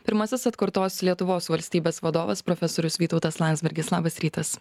pirmasis atkurtos lietuvos valstybės vadovas profesorius vytautas landsbergis labas rytas